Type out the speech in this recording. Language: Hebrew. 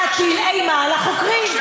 להטיל אימה על החוקרים.